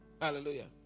Hallelujah